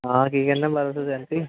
ਹਾਂ ਕੀ ਕਹਿੰਨਾ